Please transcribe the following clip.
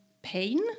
pain